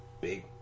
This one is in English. big